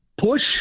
push